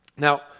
Now